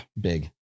big